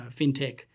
fintech